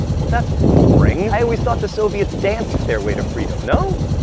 well, that's boring. i always thought the soviets danced their way to freedom. no?